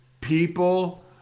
people